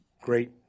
great